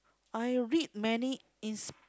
I read many in